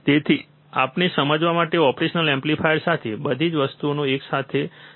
તેથી આપણે સમજવા માટે ઓપરેશનલ એમ્પ્લીફાયર સાથે બધી 3 વસ્તુઓની એકસાથે જરૂર છે